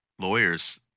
lawyers